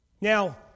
Now